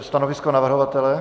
Stanovisko navrhovatele?